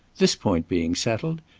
this point being settled,